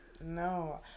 No